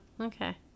Okay